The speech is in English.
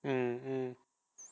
mm